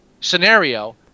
scenario